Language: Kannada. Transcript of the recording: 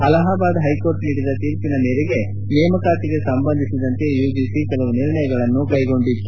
ಅಲಹಾಬಾದ್ ಹೈಕೋರ್ಟ್ ನೀಡಿದ ತೀರ್ಪಿನ ಮೇರೆಗೆ ನೇಮಕಾತಿಗೆ ಸಂಬಂಧಿಸಿದಂತೆ ಯುಜಿಸಿ ಕೆಲವು ನಿರ್ಣಯಗಳನ್ನು ಕೈಗೊಂಡಿತ್ತು